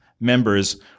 members